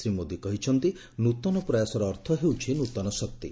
ଶ୍ରୀ ମୋଦି କହିଛନ୍ତି ନୂତନ ପ୍ରୟାସର ଅର୍ଥ ହେଉଛି ନୂତନ ଶକ୍ତି